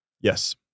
Yes